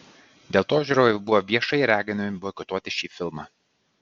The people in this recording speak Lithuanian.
dėl to žiūrovai buvo viešai raginami boikotuoti šį filmą